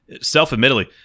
Self-admittedly